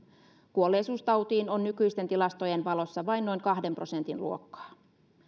kuolleisuus tautiin on nykyisten tilastojen valossa vain noin kahden prosentin luokkaa